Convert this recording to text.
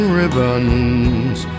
ribbons